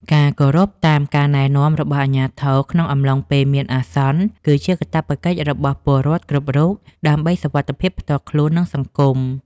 ការគោរពតាមការណែនាំរបស់អាជ្ញាធរក្នុងអំឡុងពេលមានអាសន្ន គឺជាកាតព្វកិច្ចរបស់ពលរដ្ឋគ្រប់រូបដើម្បីសុវត្ថិភាពផ្ទាល់ខ្លួន និងសង្គម។